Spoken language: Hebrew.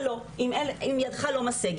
אבל אם ידך לא משגת,